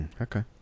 Okay